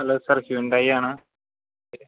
hello sir Hyundai ആണ്